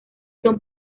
son